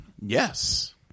Yes